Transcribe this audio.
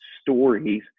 stories